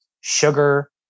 sugar